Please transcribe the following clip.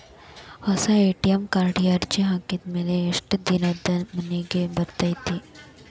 ಹೊಸಾ ಎ.ಟಿ.ಎಂ ಕಾರ್ಡಿಗೆ ಅರ್ಜಿ ಹಾಕಿದ್ ಮ್ಯಾಲೆ ಎಷ್ಟ ದಿನಕ್ಕ್ ಮನಿಗೆ ಬರತೈತ್ರಿ?